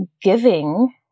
giving